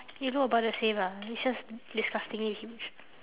you know about the it's just disgustingly huge